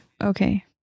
okay